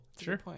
sure